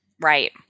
Right